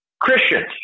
Christians